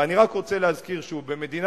ואני רק רוצה להזכיר שוב,